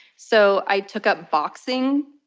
so i took up boxing.